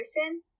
person